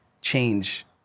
change